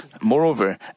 Moreover